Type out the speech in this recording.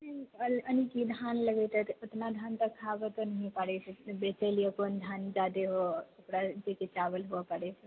यानि कि धान लगतै तऽ उतना धान तऽ खाबऽ तऽ नहि पाबै छै बेचै लिए अपन धान जादे ओकरा जे छै चाबल हुअऽ पड़ै छै